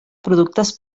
productes